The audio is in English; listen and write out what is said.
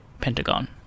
Pentagon